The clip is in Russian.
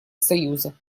союза